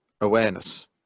awareness